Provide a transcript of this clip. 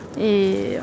Et